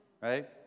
right